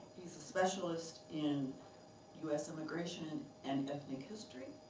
he's a specialist in us immigration and ethnic history,